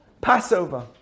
Passover